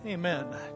amen